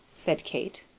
said kate.